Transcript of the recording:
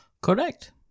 Correct